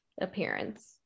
appearance